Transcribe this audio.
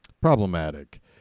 problematic